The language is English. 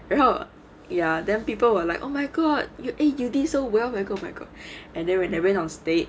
然后 err ya hmm ya then people were like oh my god you eh you did so well and then when I went on stage